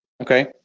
Okay